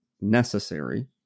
necessary